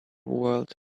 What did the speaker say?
world